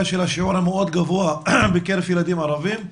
של השיעור המאוד גבוה בקרב ילדים ערבים.